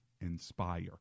Inspire